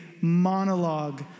monologue